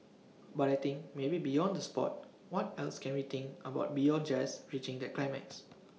but I think maybe beyond the Sport what else can we think about beyond just reaching that climax